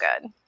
good